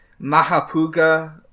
Mahapuga